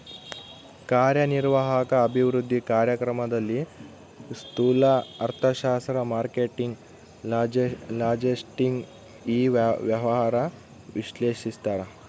ಕಾರ್ಯನಿರ್ವಾಹಕ ಅಭಿವೃದ್ಧಿ ಕಾರ್ಯಕ್ರಮದಲ್ಲಿ ಸ್ತೂಲ ಅರ್ಥಶಾಸ್ತ್ರ ಮಾರ್ಕೆಟಿಂಗ್ ಲಾಜೆಸ್ಟಿಕ್ ಇ ವ್ಯವಹಾರ ವಿಶ್ಲೇಷಿಸ್ತಾರ